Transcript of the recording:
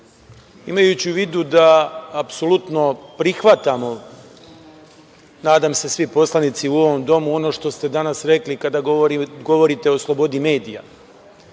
imajući u vidu da apsolutno prihvatamo, nadam se, svi poslanici u ovom domu ono što ste danas rekli kada govorite o slobodi medija,